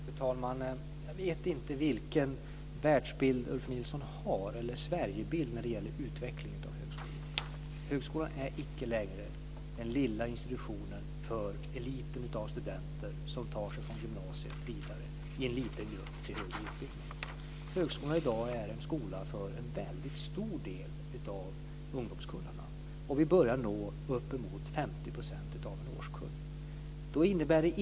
Fru talman! Jag vet inte vilken Sverigebild Ulf Nilsson har när det gäller utvecklingen av högskolan. Högskolan är icke längre den lilla institutionen för eliten av studenter, en liten grupp, som tar sig vidare från gymnasiet till högre utbildning. Högskolan är i dag en skola för en väldigt stor del av ungdomskullarna. Den börjar gå upp emot 50 % av en årskull.